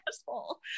asshole